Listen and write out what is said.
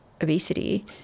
obesity